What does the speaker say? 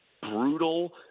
brutal